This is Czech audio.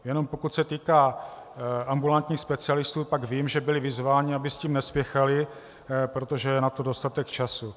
Jenom pokud se týká ambulantních specialistů, pak vím, že byli vyzváni, aby s tím nespěchali, protože je na to dostatek času.